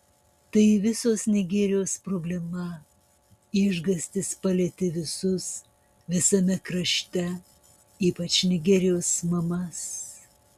tai visos nigerijos problema išgąstis palietė visus visame krašte ypač nigerijos mamas